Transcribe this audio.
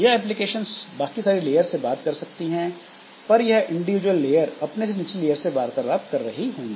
यह एप्लीकेशंस बाकी सारी लेयर से बात कर सकती हैं पर यह इंडिविजुअल लेयर अपने से निचली लेयर से वार्तालाप कर रही होंगी